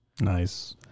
Nice